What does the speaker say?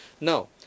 now